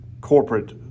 corporate